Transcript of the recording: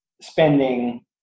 spending